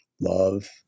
love